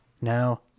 no